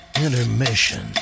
intermission